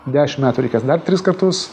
dešim metų reikės dar tris kartus